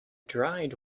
dried